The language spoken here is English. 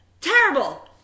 terrible